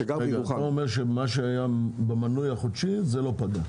אתה מתכוון שמי שיש לו מנוי חודשי לא נפגע?